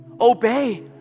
obey